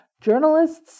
Journalists